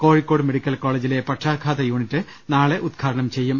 Kozhikode medical കോളേജിലെ പക്ഷാ ഘാത യൂണിറ്റ് നാളെ ഉദ്ഘാടനം ചെയ്യും